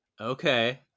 okay